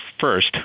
first